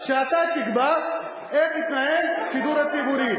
שאתה תקבע איך יתנהל השידור הציבורי.